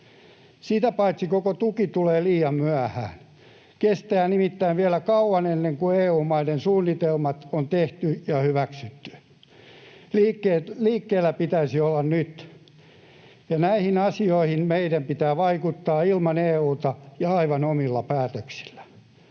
Sitä paitsi koko tuki tulee liian myöhään. Kestää nimittäin vielä kauan ennen kuin EU-maiden suunnitelmat on tehty ja hyväksytty. Liikkeellä pitäisi olla nyt, ja näihin asioihin meidän pitää vaikuttaa ilman EU:ta ja aivan omilla päätöksillä.